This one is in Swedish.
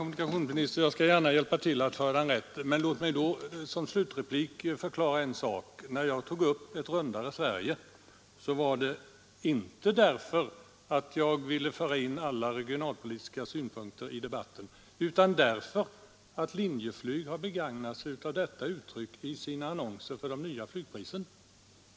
Herr talman! Jag skall gärna hjälpa till att föra debatten rätt. Men låt mig då få förklara en sak: När jag tog upp uttrycket ”ett rundare Sverige” så var det inte därför att jag ville föra in alla regionalpolitiska synpunkter i debatten utan därför att Linjeflyg har begagnat sig av detta uttryck i sina annonser om de nya flygpriserna.